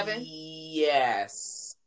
Yes